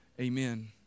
Amen